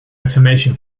information